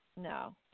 No